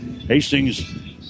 Hastings